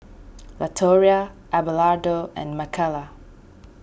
Latoria Abelardo and Makaila